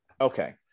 okay